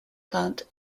plant